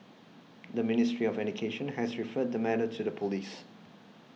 the Ministry of Education has referred the matter to the police